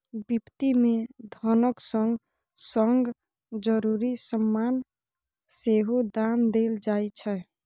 बिपत्ति मे धनक संग संग जरुरी समान सेहो दान देल जाइ छै